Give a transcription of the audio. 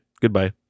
goodbye